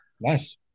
Nice